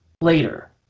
later